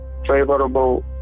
favorable